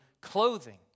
clothing